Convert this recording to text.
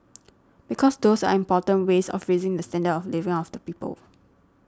because those are important ways of raising the standard of living of the people